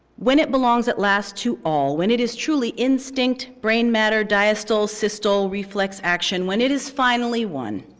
when it belongs at last to all, when it is truly instinct, brain matter, diacetyl, systole, reflex, action, when it is finally won.